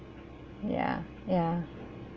ya ya